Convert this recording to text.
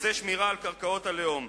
נושא שמירה על קרקעות הלאום,